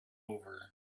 over